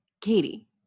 Katie